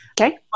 Okay